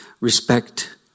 Respect